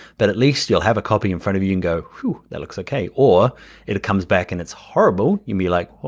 but at least you'll have a copy in front of you and go, phew, that looks ok. or it it comes back and it's horrible, you'll be like,